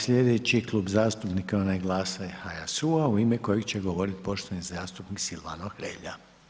Slijedeći Klub zastupnika je onaj GLAS-a i HSU-a u ime kojega će govoriti poštovani zastupnik Silvano Hrelja.